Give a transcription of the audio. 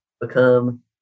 become